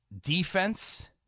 defense